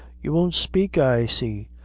you won't spake, i see.